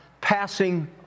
passing